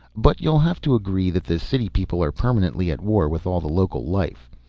but you'll have to agree that the city people are permanently at war with all the local life.